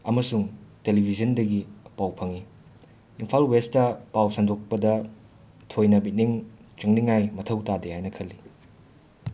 ꯑꯃꯁꯨꯡ ꯇꯦꯂꯤꯚꯤꯖꯟꯗꯒꯤ ꯄꯥꯎ ꯐꯪꯏ ꯏꯝꯐꯥꯜ ꯋꯦꯁꯇ ꯄꯥꯎ ꯁꯟꯗꯣꯛꯄꯗ ꯊꯣꯏꯅ ꯕꯤꯠꯅꯤꯡ ꯆꯪꯅꯤꯡꯉꯥꯏ ꯃꯊꯧ ꯇꯥꯗꯦ ꯍꯥꯏꯅ ꯈꯜꯂꯤ